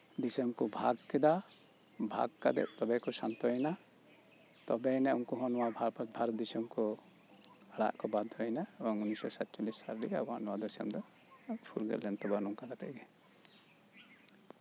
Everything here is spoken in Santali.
ᱫᱤᱥᱚᱢ ᱠᱚ ᱵᱷᱟᱜᱽ ᱠᱮᱫᱟ ᱵᱷᱟᱜᱽ ᱠᱟᱛᱮᱫ ᱛᱚᱵᱮ ᱠᱚ ᱥᱟᱱᱛᱚᱭᱮᱱᱟ ᱛᱚᱵᱮᱭᱟᱱᱟᱜ ᱩᱱᱠᱩ ᱦᱚᱸ ᱵᱷᱟᱨᱚᱛ ᱫᱤᱥᱚᱢ ᱠᱚ ᱟᱲᱟᱜ ᱠᱚ ᱵᱟᱫᱫᱷᱚᱭᱮᱱᱟ ᱮᱵᱚᱝ ᱩᱱᱤᱥᱥᱚ ᱥᱟᱛᱪᱚᱞᱞᱤᱥ ᱥᱟᱞᱨᱮ ᱟᱵᱚᱣᱟᱜ ᱱᱚᱶᱟ ᱫᱤᱥᱚᱢ ᱫᱚ ᱯᱷᱩᱨᱜᱟᱹᱞ ᱮᱱ ᱛᱟᱵᱳᱱᱟ ᱱᱚᱝᱠᱟ ᱠᱟᱛᱮᱫ ᱜᱮ